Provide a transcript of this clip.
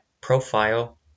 profile